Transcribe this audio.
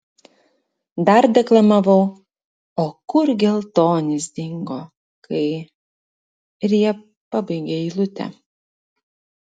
dar deklamavau o kur geltonis dingo kai ir jie pabaigė eilutę